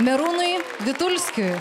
merūnui vitulskiui